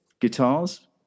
guitars